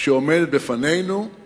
שעומדת בפנינו היא